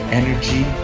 energy